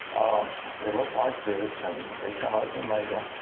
they look like this, and they come out in the mail.